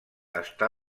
està